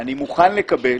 אני מוכן לקבל